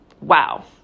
wow